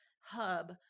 hub